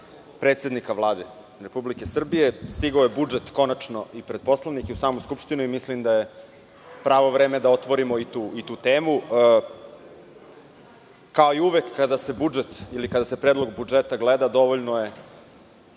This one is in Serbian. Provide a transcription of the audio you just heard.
predsednika Vlade Republike Srbije. Stigao je budžet konačno i pred poslanike u samu Skupštinu i mislim da je pravo vreme da otvorimo i tu temu. Kao i uvek kada se Predlog budžeta gleda, dovoljno je,